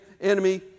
enemy